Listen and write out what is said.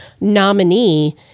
nominee